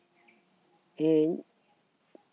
ᱤᱧ